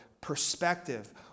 perspective